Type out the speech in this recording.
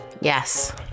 yes